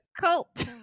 cult